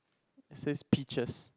says peaches